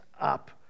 up